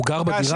הוא גר בדירה?